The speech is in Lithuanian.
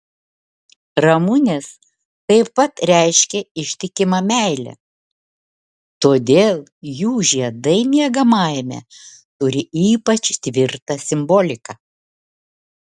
ramunės taip pat reiškia ištikimą meilę todėl jų žiedai miegamajame turi ypač tvirtą simboliką